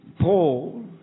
paul